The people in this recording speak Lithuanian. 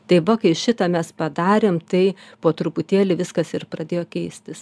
tai va kai šitą mes padarėm tai po truputėlį viskas ir pradėjo keistis